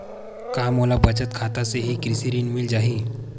का मोला बचत खाता से ही कृषि ऋण मिल जाहि?